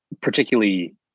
particularly